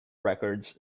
records